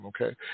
okay